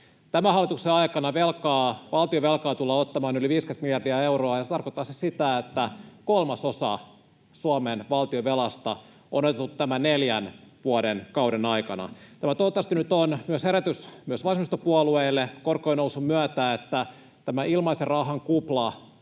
tämän hallituksen aikana valtionvelkaa tullaan ottamaan yli 50 miljardia euroa, ja se tarkoittaisi sitä, että kolmasosa Suomen valtionvelasta on otettu tämän neljän vuoden kauden aikana. Tämä toivottavasti nyt on herätys myös vasemmistopuolueille korkojen nousun myötä, että tämä ilmaisen rahan kupla